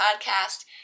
podcast